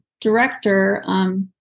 director